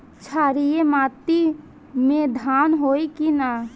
क्षारिय माटी में धान होई की न?